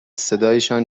صدایشان